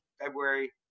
February